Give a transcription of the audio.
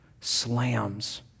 slams